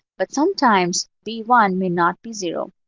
but sometimes b one may not be zero.